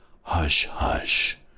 hush-hush